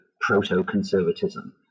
proto-conservatism